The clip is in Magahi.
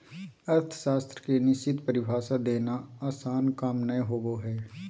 अर्थशास्त्र के निश्चित परिभाषा देना आसन काम नय होबो हइ